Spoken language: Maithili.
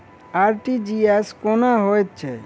आर.टी.जी.एस कोना होइत छै?